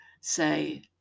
say